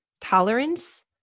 tolerance